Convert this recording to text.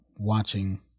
watching